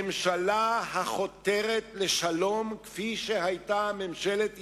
ממשלה החותרת לשלום כפי שהיתה ממשלת ישראל,